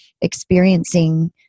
experiencing